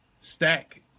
stack